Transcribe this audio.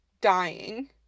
dying